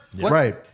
Right